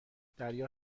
دریا